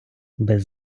без